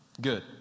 Good